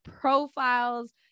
profiles